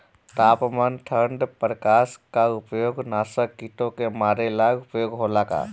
तापमान ठण्ड प्रकास का उपयोग नाशक कीटो के मारे ला उपयोग होला का?